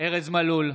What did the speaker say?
ארז מלול,